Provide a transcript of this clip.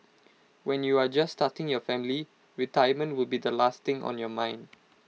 when you are just starting your family retirement will be the last thing on your mind